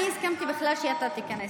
אני הסכמתי בכלל שאתה תיכנס,